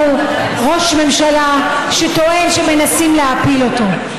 ראש ממשלה שטוען שמנסים להפיל אותו.